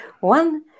One